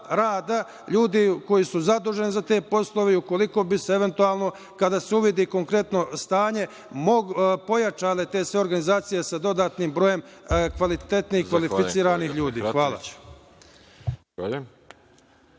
ljudi koji su zaduženi za te poslove i ukoliko bi se, eventualno, kada se uvidi konkretno stanje, pojačale te organizacije sa dodatnim brojem kvalitetnijih i kvalifikovanih ljudi. Hvala.